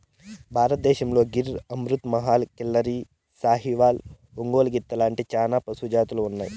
భారతదేశంలో గిర్, అమృత్ మహల్, కిల్లారి, సాహివాల్, ఒంగోలు గిత్త లాంటి చానా పశు జాతులు ఉన్నాయి